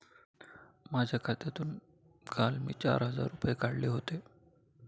माझ्या खात्यातून काल मी चार हजार रुपये काढले होते